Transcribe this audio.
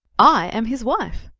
i am his wife.